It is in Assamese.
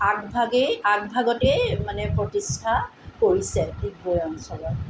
আগভাগেই আগভাগতেই মানে প্ৰতিষ্ঠা কৰিছে ডিগবৈ অঞ্চলত